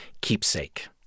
Keepsake